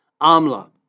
amla